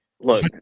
look